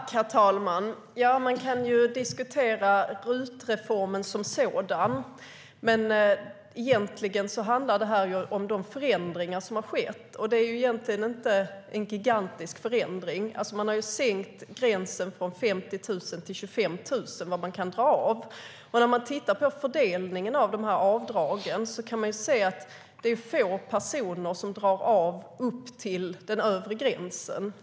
Herr talman! Man kan diskutera RUT-reformen som sådan, men egentligen handlar det här om de förändringar som har skett. Det är egentligen inte en gigantisk förändring. Man har sänkt gränsen för vad man kan dra av från 50 000 till 25 000. När man tittar på fördelningen av de här avdragen kan man se att det är få personer som drar av upp till den övre gränsen.